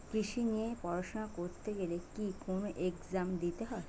কৃষি নিয়ে পড়াশোনা করতে গেলে কি কোন এগজাম দিতে হয়?